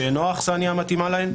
שאינו האכסניה המתאימה להם?